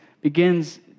begins